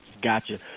Gotcha